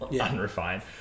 unrefined